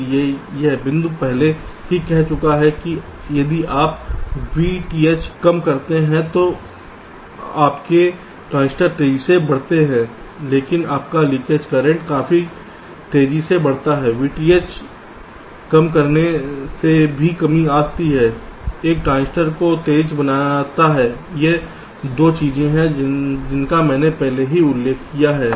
इसलिए यह बिंदु पहले ही कह चुका है कि यदि आप VTH कम करते हैं तो आपके ट्रांजिस्टर तेजी से बढ़ते हैं लेकिन आपका लीकेज करंट काफी तेजी से बढ़ता है VTH कम करने से भी कमी आती है एक ट्रांजिस्टर को तेज बनता है ये दो चीजें हैं जिनका मैंने पहले ही उल्लेख किया है